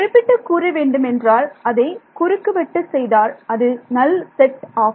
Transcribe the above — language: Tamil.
குறிப்பிட்டு கூற வேண்டுமென்றால் அதை குறுக்குவெட்டு செய்தால் அது நல் செட் ஆகும்